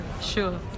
sure